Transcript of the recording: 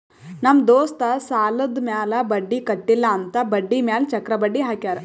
ನಮ್ ದೋಸ್ತ್ ಸಾಲಾದ್ ಮ್ಯಾಲ ಬಡ್ಡಿ ಕಟ್ಟಿಲ್ಲ ಅಂತ್ ಬಡ್ಡಿ ಮ್ಯಾಲ ಚಕ್ರ ಬಡ್ಡಿ ಹಾಕ್ಯಾರ್